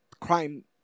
crime